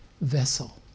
vessel